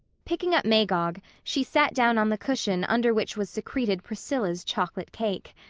picking up magog, she sat down on the cushion under which was secreted priscilla's chocolate cake.